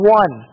one